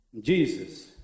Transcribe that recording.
Jesus